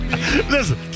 Listen